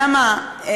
אתה יודע מה,